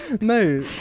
No